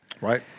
Right